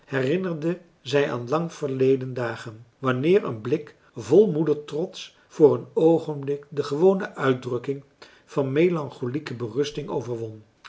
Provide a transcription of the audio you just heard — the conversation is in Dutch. herinnerden zij aan lang verleden dagen wanneer een blik vol moedertrots voor een oogenblik de gewone uitdrukking van melancholieke berusting overwon